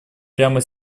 прямо